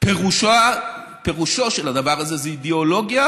פירושו של הדבר הזה זה אידיאולוגיה